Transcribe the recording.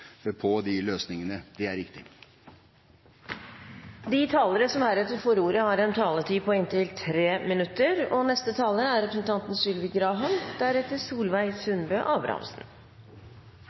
på de utfordringene ‒ det er riktig. De talere som heretter får ordet, har en taletid på inntil 3 minutter. Mye er